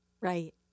Right